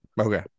Okay